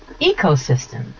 ecosystem